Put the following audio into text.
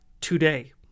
today